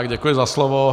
Děkuji za slovo.